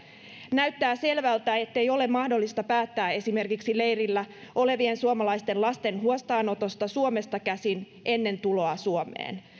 näyttää selvältä ettei ole mahdollista päättää esimerkiksi leirillä olevien suomalaisten lasten huostaanotosta suomesta käsin ennen tuloa suomeen